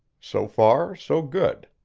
so far, so good.